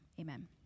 Amen